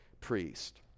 priest